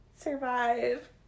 survive